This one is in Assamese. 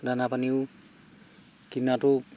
দানা পানীও কিনাটো